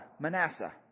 Manasseh